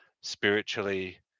spiritually